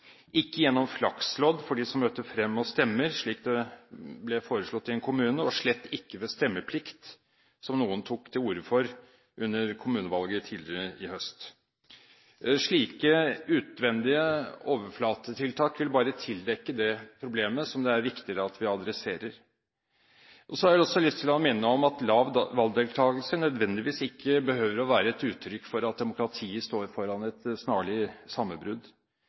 ikke gjennom Flaxlodd for dem som møter frem og stemmer, slik det ble foreslått i en kommune, og slett ikke ved stemmeplikt, som noen tok til orde for under kommunevalget tidligere i høst. Slike utvendige overflatetiltak vil bare tildekke det problemet som det er viktigere at vi adresserer. Så har jeg også lyst til å minne om at lav valgdeltagelse nødvendigvis ikke behøver å være et uttrykk for at demokratiet står foran et snarlig